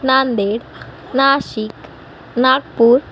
Nanded Nashik Nagpur